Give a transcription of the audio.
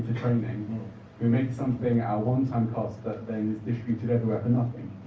training who make something at one time cost that then distributes it everywhere for nothing.